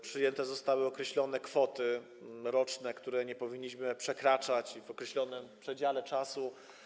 Przyjęte zostały określone kwoty roczne, których nie powinniśmy przekraczać w określonym przedziale czasu.